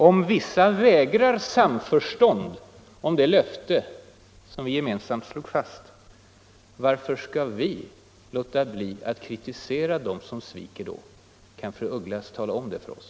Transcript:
Om vissa vägrar samförstånd om det löfte som vi gemensamt slog fast, varför skall vi liberaler låta bli att kritisera dem som sviker då? Kan fru af Ugglas tala om det för oss?